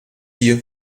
here